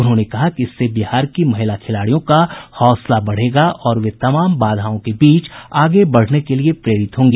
उन्होंने कहा कि इससे बिहार की महिला खिलाड़ियों का हौसला बढ़ेगा और वे तमाम बाधाओं के बीच आगे बढ़ने के लिए प्रेरित होंगी